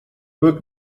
book